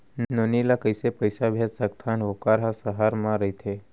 नोनी ल कइसे पइसा भेज सकथव वोकर ह सहर म रइथे?